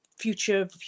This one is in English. future